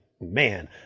man